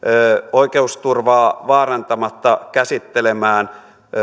oikeusturvaa vaarantamatta käsittelemään